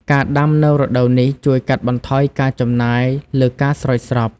ការដាំនៅរដូវនេះជួយកាត់បន្ថយការចំណាយលើការស្រោចស្រព។